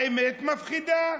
האמת מפחידה.